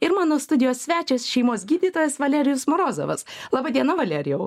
ir mano studijos svečias šeimos gydytojas valerijus morozovas laba diena valerijau